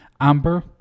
amber